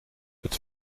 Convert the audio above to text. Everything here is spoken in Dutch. het